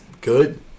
good